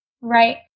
Right